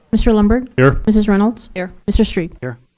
mr. lundberg. here. mrs. reynolds. here. mr. strebe. here.